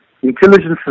intelligence